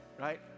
right